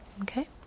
okay